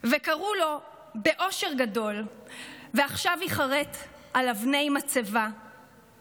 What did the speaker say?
וקראו לו באושר גדול / ועכשיו ייחרת על אבני מצבה /